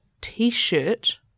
T-shirt